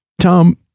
Tom